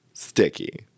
Sticky